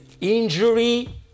injury